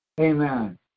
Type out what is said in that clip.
Amen